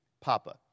Papa